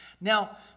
Now